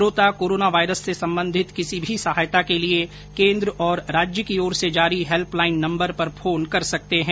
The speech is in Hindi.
श्रोता कोरोना वायरस से संबंधित किसी भी सहायता के लिए केन्द्र और राज्य की ओर से जारी हेल्प लाइन नम्बर पर फोन कर सकते हैं